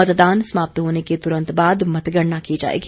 मतदान समाप्त होने के तुरंत बाद मतगणना की जाएगी